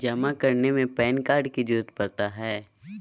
जमा करने में पैन कार्ड की जरूरत पड़ता है?